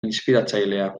inspiratzailea